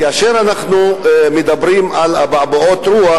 כאשר אנחנו מדברים על אבעבועות רוח,